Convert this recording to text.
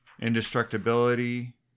Indestructibility